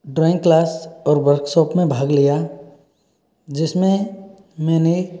drawing class और workshop में भाग लिया जिसमें मैंने